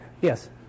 Yes